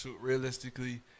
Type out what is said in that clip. realistically